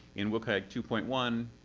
in wcag two point one,